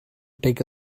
take